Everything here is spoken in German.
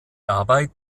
dabei